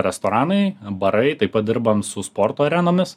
restoranai barai taip pat dirbam su sporto arenomis